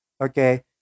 okay